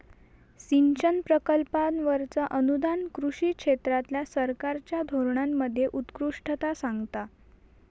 सिंचन प्रकल्पांवरचा अनुदान कृषी क्षेत्रातल्या सरकारच्या धोरणांमध्ये उत्कृष्टता सांगता